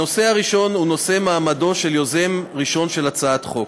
הנושא הראשון הוא מעמדו של יוזם ראשון של הצעת חוק.